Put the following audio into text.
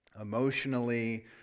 emotionally